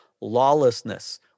Lawlessness